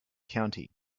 county